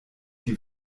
die